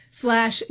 slash